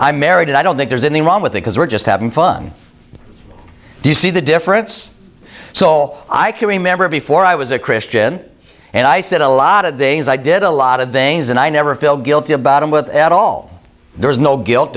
i'm married and i don't think there's anything wrong with me because we're just having fun do you see the difference so all i can remember before i was a christian and i said a lot of things i did a lot of things and i never feel guilty about them with at all there's no guilt